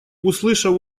услышав